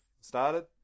started